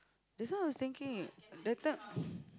that's why I was thinking that time